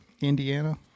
Indiana